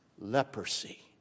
leprosy